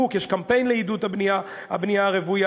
אבל אתה צודק: הערבים בונים בנייה רוויה